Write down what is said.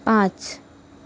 पांच